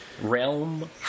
realm